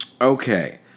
Okay